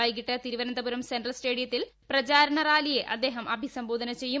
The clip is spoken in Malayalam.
വൈകിട്ട് തിരുവനന്തപുരം സെൻട്രൽ സ്റ്റേഡിയത്തിലെ പ്രചാരണ റാലിയെ അദ്ദേഹം അഭിസംബോധന ചെയ്യും